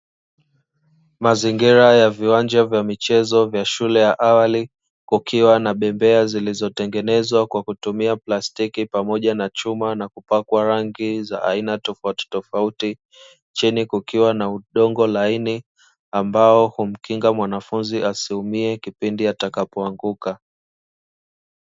Mazingira ya viwanja vya michezo vya shule ya awali kukiwa na bembeya zilizotengenezwa kwa kutumia plastiki pamoja na chuma na kupakwa rangi za aina tofautitofauti, chini kukiwa na udongo laini ambao humkinga mwanafunzi asiumie kipindi atakapoanguka.